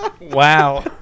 Wow